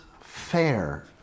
fair